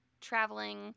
traveling